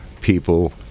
people